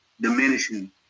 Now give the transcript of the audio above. diminishing